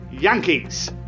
Yankees